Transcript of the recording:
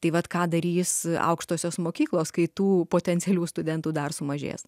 tai vat ką darys aukštosios mokyklos kai tų potencialių studentų dar sumažės